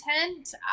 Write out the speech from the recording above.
content